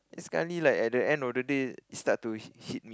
sekali like at the end of the day start to hit